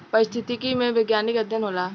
पारिस्थितिकी में वैज्ञानिक अध्ययन होला